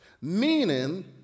meaning